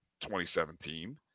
2017